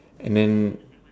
and then